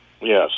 Yes